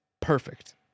Perfect